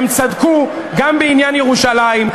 הם צדקו גם בעניין ירושלים,